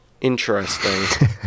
interesting